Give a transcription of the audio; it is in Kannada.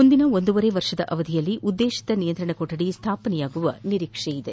ಮುಂದಿನ ಒಂದೂವರೆ ವರ್ಷದ ಅವಧಿಯಲ್ಲಿ ಉದ್ದೇಶಿತ ನಿಯಂತ್ರಣ ಕೊಠದಿ ಸ್ವಾಪನೆಯಾಗುವ ನಿರೀಕ್ಷೆ ಇದೆ